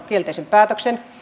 kielteisen päätöksen